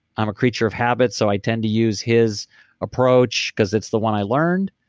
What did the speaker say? i'm a creature of habit, so i tend to use his approach cause it's the one i learned.